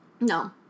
No